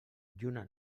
lluna